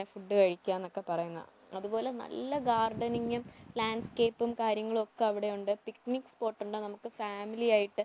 ഇങ്ങനെ ഫുഡ് കഴിക്കുക എന്നൊക്കെ പറയുന്നത് അതു പോലെ നല്ല ഗാർഡനിങ്ങ് ലാൻഡ്സ്കേപ്പും കാര്യങ്ങളുമൊക്കെ അവിടെ ഉണ്ട് പിക്നിക്ക് സ്പോട് ഉണ്ട് നമുക്ക് ഫാമിലി ആയിട്ട്